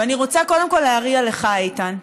ואני רוצה קודם כול להריע לך, איתן.